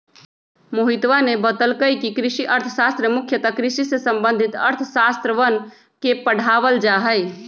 मोहितवा ने बतल कई कि कृषि अर्थशास्त्र में मुख्यतः कृषि से संबंधित अर्थशास्त्रवन के पढ़ावल जाहई